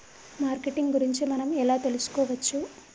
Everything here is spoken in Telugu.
మార్కెటింగ్ గురించి మనం ఎలా తెలుసుకోవచ్చు?